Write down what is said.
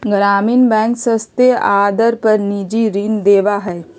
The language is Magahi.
ग्रामीण बैंक सस्ते आदर पर निजी ऋण देवा हई